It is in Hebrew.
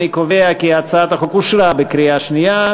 אני קובע כי הצעת החוק אושרה בקריאה שנייה,